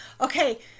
Okay